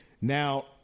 Now